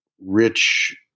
rich